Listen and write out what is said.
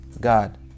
god